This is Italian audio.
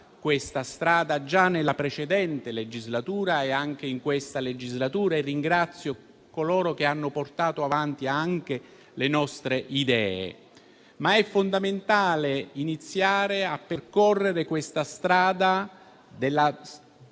questa direzione già nella precedente legislatura e anche in questa e ringrazio coloro che hanno portato avanti anche le nostre idee. È però fondamentale iniziare a percorrere questa strada,